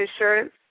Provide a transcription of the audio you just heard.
insurance